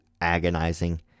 agonizing